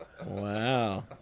Wow